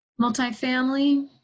multifamily